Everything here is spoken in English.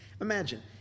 imagine